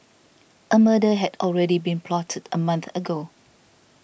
a murder had already been plotted a month ago